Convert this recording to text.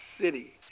city